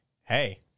hey